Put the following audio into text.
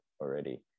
already